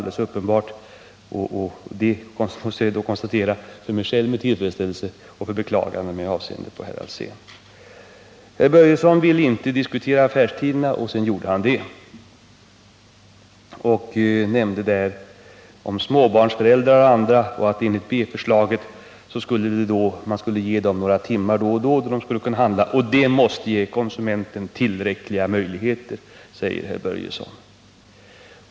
Det måste jag konstatera med tillfredsställelse för mig själv och med beklagande med avseende på herr Alsén. Herr Börjesson ville inte diskutera affärstiderna, och sedan gjorde han det. Han nämnde att enligt B-förslaget skulle man ge småbarnsföräldrar och andra några timmar då och då för att kunna handla. Det måste ge konsumenten tillräckliga möjligheter, sade herr Börjesson.